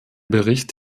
bericht